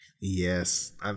Yes